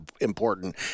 important